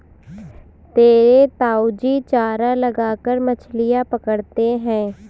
मेरे ताऊजी चारा लगाकर मछलियां पकड़ते हैं